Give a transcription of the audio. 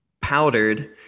powdered